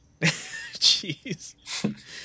jeez